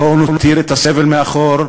בואו נותיר את הסבל מאחור,